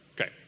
Okay